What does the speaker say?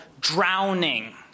drowning